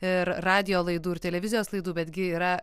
ir radijo laidų ir televizijos laidų betgi yra